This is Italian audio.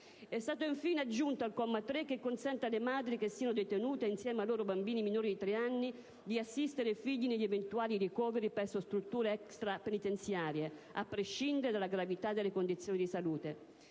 È stato infine aggiunto un comma 3 che consente alle madri, che siano detenute assieme ai loro bambini minori di tre anni, di assistere i figli negli eventuali ricoveri presso strutture extrapenitenziarie, a prescindere dalla gravità delle condizioni di salute.